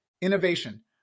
Innovation